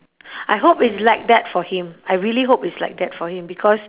I hope it's like that for him I really hope it's like that for him because